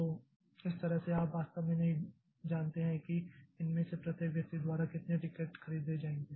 तो इस तरह से आप वास्तव में नहीं जानते हैं कि इनमें से प्रत्येक व्यक्ति द्वारा कितने टिकट खरीदे जाएंगे